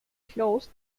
closed